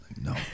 No